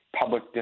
public